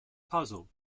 puzzle